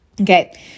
Okay